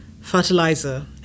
fertilizer